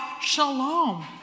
shalom